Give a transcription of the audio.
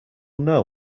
know